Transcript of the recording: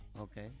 Okay